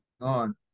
on